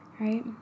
right